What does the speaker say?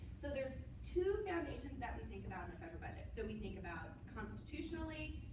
so there's two foundations that we think about in the federal budget. so we think about constitutionally,